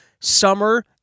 summer